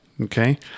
Okay